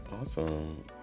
Awesome